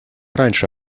раньше